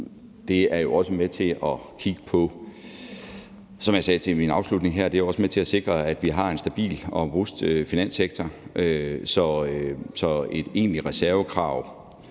Det er jo, som jeg sagde i min afslutning her, også med til at sikre, at vi har en stabil og robust finanssektor. Så et egentligt reservekrav